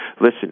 Listen